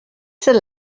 zen